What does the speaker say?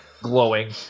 glowing